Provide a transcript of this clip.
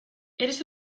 eres